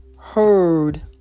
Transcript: heard